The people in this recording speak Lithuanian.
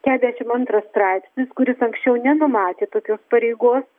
kedešim antras straipsnis kuris anksčiau nenumatė tokios pareigos